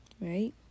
Right